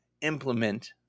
implement